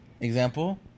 example